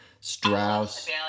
Strauss